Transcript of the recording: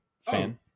fan